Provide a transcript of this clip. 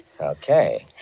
okay